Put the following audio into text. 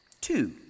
Two